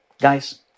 guys